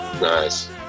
Nice